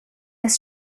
his